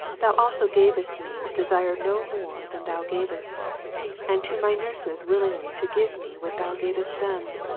thou also gavest me to desire no more than thou gavest and to my nurses willingly to give me what thou gavest them.